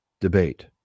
debate